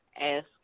ask